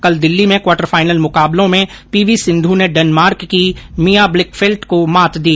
कल दिल्ली में quarter final मुकाबलों में पीवी सिंधू ने डेनमार्क की मिया ब्लिकफेल्ट को मात दी